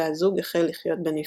והזוג החל לחיות בנפרד.